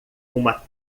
uma